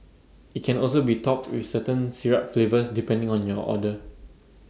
IT can also be topped with certain syrup flavours depending on your order